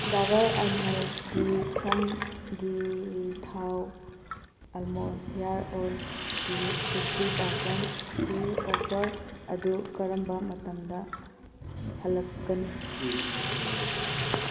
ꯗꯥꯕꯔ ꯑꯜꯃꯜꯒꯤ ꯁꯝꯒꯤ ꯊꯥꯎ ꯑꯜꯃꯣꯟ ꯍꯤꯌꯥꯔ ꯑꯣꯏꯜꯒꯤ ꯁꯤꯛꯁꯇꯤ ꯄꯥꯔꯁꯟꯒꯤ ꯑꯣꯐꯔ ꯑꯗꯨ ꯀꯔꯝꯕ ꯃꯇꯝꯗ ꯍꯜꯂꯛꯀꯅꯤ